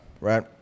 right